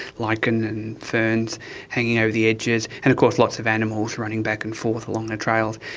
lichen and ferns hanging over the edges, and of course lots of animals running back and forth along the trails.